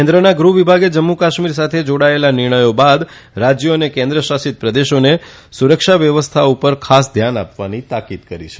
કેન્દ્રના ગૃહવિભાગે જમ્મુ કાશ્મીર સાથે જાડાયેલા નિર્ણયો બાદ રાજ્યો અને કેન્દ્ર શાસિત પ્રદેશોને સુરક્ષા વ્યવસ્થા પર ખાસ ધ્યાન આપવાની તાકિદ કરી છે